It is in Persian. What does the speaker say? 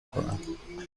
کنند